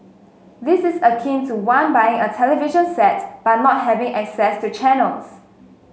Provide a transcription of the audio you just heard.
this is akin to one buying a television set but not having access to channels